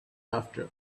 after